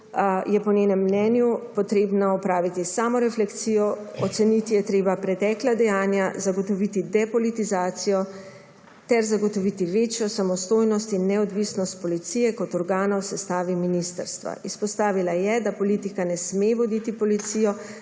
je po njenem mnenju treba opraviti samorefleksijo. Oceniti je treba pretekla dejanja, zagotoviti depolitizacijo ter zagotoviti večjo samostojnost in neodvisnost policije kot organa v sestavi ministrstva. Izpostavila je, da politika ne sme voditi policije,